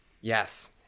Yes